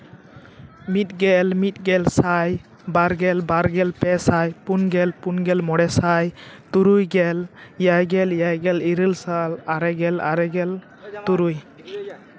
ᱢᱤᱫ ᱜᱮᱞ ᱢᱤᱫ ᱜᱮᱞ ᱥᱟᱭ ᱵᱟᱨ ᱜᱮᱞ ᱵᱟᱨ ᱜᱮᱞ ᱯᱮ ᱥᱟᱭ ᱯᱩᱱ ᱜᱮᱞ ᱯᱩᱱ ᱜᱮᱞ ᱢᱚᱬᱮ ᱥᱟᱭ ᱛᱩᱨᱩᱭ ᱜᱮᱞ ᱮᱭᱟᱭ ᱜᱮᱞ ᱮᱭᱟᱭ ᱜᱮᱞ ᱤᱨᱟᱹᱞ ᱥᱟᱭ ᱟᱨᱮ ᱜᱮᱞ ᱟᱨᱮ ᱜᱮᱞ ᱛᱩᱨᱩᱭ